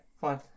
fine